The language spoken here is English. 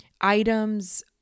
items